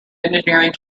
engineering